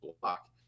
block